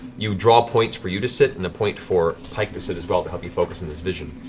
you draw points for you to sit and a point for pike to sit as well, to help you focus in this vision.